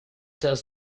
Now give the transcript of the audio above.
does